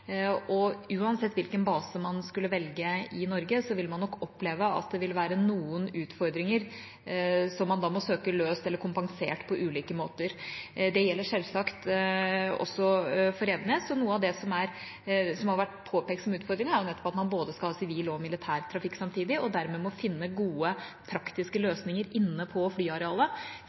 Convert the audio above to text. Uansett hvilken base man skulle velge i Norge, vil man nok oppleve at det vil være noen utfordringer som man må søke løst eller kompensert på ulike måter. Det gjelder selvsagt også for Evenes. Noe av det som har vært påpekt som utfordringer, er nettopp at man skal ha både sivil og militær trafikk samtidig og dermed må finne gode, praktiske løsninger inne på flyarealet